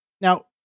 Now